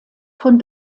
von